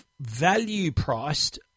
value-priced